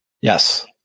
Yes